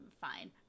fine